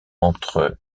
entre